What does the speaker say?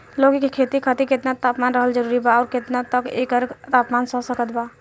लौकी के खेती खातिर केतना तापमान रहल जरूरी बा आउर केतना तक एकर तापमान सह सकत बा?